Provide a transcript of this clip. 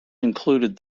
included